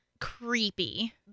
creepy